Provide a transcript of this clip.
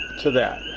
to that.